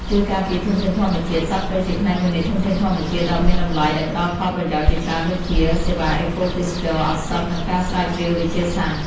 ជួយការពារធនធានធម្មជាតិ សត្វព្រៃជាផ្នែកមួយនៃធនធានធម្មជាតិដ៏មានតម្លៃ ដែលផ្ដល់ផលប្រយោជន៍ជាច្រើនដូចជា សេវាអេកូទេសចរណ៍ ឱសថ និងការស្រាវជ្រាវវិទ្យាសាស្ត្រ។